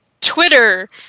Twitter